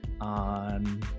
on